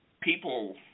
people